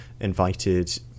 invited